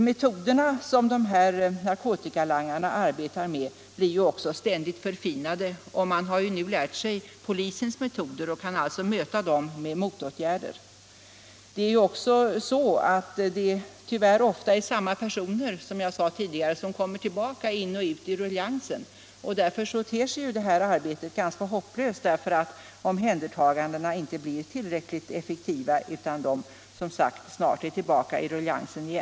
Metoderna som narkotikalangarna arbetar med förfinas ständigt. De har nu lärt sig polisens metoder och kan alltså möta dem med motåtgärder. Det är också, som jag tidigare sade, tyvärr ofta samma personer som kommer tillbaka i ruljangsen. Omhändertagandena är inte tillräckligt effektiva; de omhändertagna är som sagt snart tillbaka i ruljangsen igen. Arbetet ter sig därför ganska hopplöst.